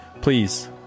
please